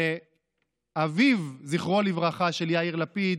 לאביו של יאיר לפיד,